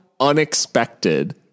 Unexpected